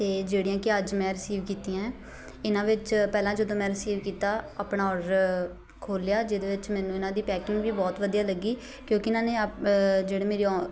ਅਤੇ ਜਿਹੜੀਆਂ ਕਿ ਅੱਜ ਮੈਂ ਰਿਸੀਵ ਕੀਤੀਆਂ ਹੈ ਇਹਨਾਂ ਵਿੱਚ ਪਹਿਲਾਂ ਜਦੋਂ ਮੈਂ ਰਿਸੀਵ ਕੀਤਾ ਆਪਣਾ ਔਡਰ ਖੋਲ੍ਹਿਆ ਜਿਹਦੇ ਵਿੱਚ ਮੈਨੂੰ ਇਹਨਾਂ ਦੀ ਪੈਕਿੰਗ ਵੀ ਬਹੁਤ ਵਧੀਆ ਲੱਗੀ ਕਿਉਂਕਿ ਇਹਨਾਂ ਨੇ ਅਪ ਜਿਹੜੇ ਮੇਰੀ ਉਹ